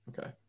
Okay